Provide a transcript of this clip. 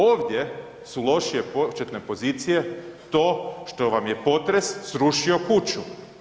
Ovdje su lošije početne pozicije to što vam je potres srušio kuću.